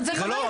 זה לא --- לא,